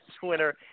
Twitter